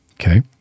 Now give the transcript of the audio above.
Okay